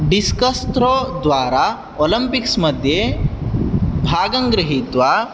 discus throw द्वारा Olympics मध्ये भागं गृहीत्वा